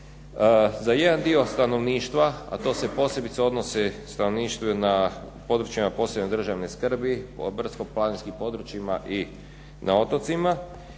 za jedan dio stanovništva, a to se posebice odnosi na stanovništvo na područjima posebne državne skrbi, brdsko planinskim područjima i na otocima,